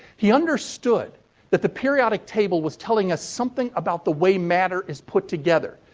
he understood that the periodic table was telling us something about the way matter is put together.